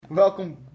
Welcome